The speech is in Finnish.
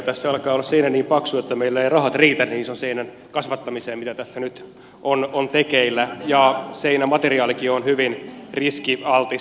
tässä alkaa seinä olla niin paksu että meillä eivät rahat riitä niin ison seinän kasvattamiseen mitä tässä nyt on tekeillä ja seinämateriaalikin on hyvin riskialtis